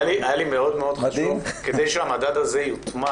היה לי מאוד-מאוד חשוב כדי שהמדד הזה יוטמע